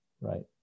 right